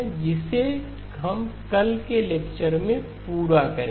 जिसे हम कल के लेक्चर में पूरा करेंगे